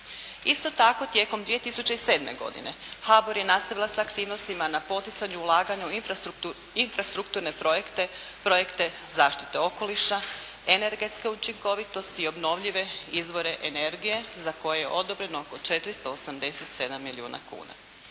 Isto tako tijekom 2007. godine HBOR je nastavila sa aktivnostima na poticanju ulaganju u infrastrukturne projekte, projekte zaštite okoliša, energetske učinkovitosti i obnovljive izvore energije za koje je odobreno oko 487 milijuna kuna.